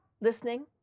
listening